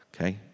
Okay